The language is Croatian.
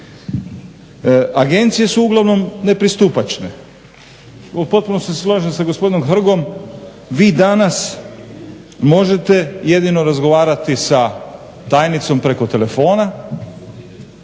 Agencije su uglavnom nepristupačne. U potpunosti se slažem sa gospodinom Hrgom vi danas možete jedino razgovarati sa tajnicom preko telefona